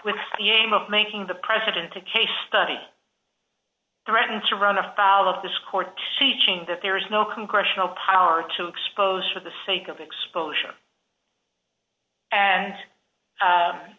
with the aim of making the president a case study threaten to run afoul of the score teaching that there is no congressional power to expose for the sake of exposure and